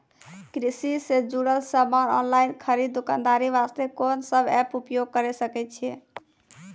कृषि से जुड़ल समान ऑनलाइन खरीद दुकानदारी वास्ते कोंन सब एप्प उपयोग करें सकय छियै?